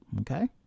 Okay